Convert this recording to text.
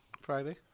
Friday